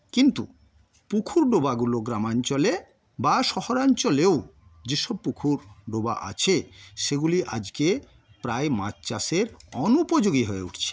কিন্তু পুকুর ডোবাগুলো গ্রামাঞ্চলে বা শহরাঞ্চলেও যেসব পুকুর ডোবা আছে সেগুলি আজকে প্রায় মাছ চাষের অনুপোযোগী হয়ে উঠছে